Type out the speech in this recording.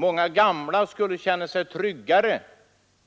Många gamla skulle känna sig tryggare